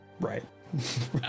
Right